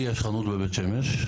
לי יש חנות בית שמש.